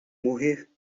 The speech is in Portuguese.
morrer